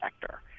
sector